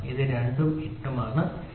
ഇത് 2 ഉം ഇത് 8 ഉം ആണ് ശരി